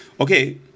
okay